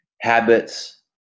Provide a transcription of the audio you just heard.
habits